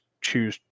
choose